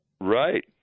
Right